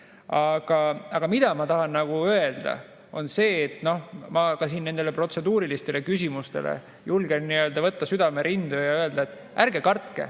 mida ma tahan öelda, on see, et noh, ma ka siin nende protseduuriliste küsimuste peale julgen võtta südame rindu ja öelda, et ärge kartke.